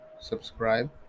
subscribe